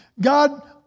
God